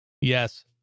Yes